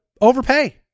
overpay